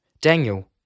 Daniel